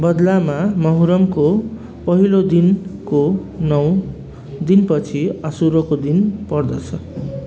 बदलामा मुहर्रमको पहिलो दिनको नौ दिनपछि आसुराको दिन पर्दछ